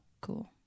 cool